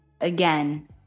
again